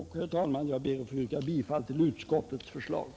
Herr talman! Jag ber att få yrka bifall till utskottets hemställan.